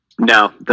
No